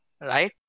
right